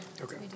Okay